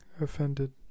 offended